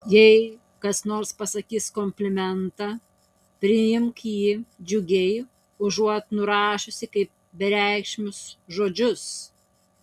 jei kas nors pasakys komplimentą priimk jį džiugiai užuot nurašiusi kaip bereikšmius žodžius